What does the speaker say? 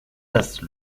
tasses